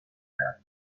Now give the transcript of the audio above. کرد